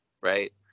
Right